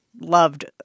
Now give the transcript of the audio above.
loved